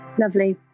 lovely